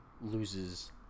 loses